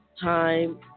time